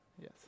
Yes